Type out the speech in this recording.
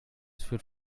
führt